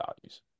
values